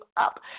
up